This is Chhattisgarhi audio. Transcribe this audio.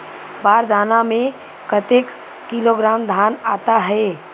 बार दाना में कतेक किलोग्राम धान आता हे?